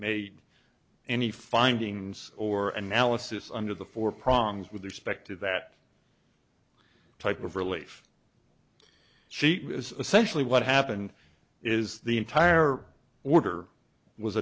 made any findings or analysis under the four prongs with respect to that type of relief she essentially what happened is the entire order was